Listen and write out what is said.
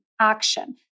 action